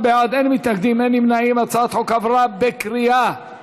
ההצעה להעביר את